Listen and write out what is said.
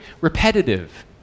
repetitive